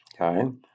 Okay